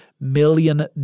million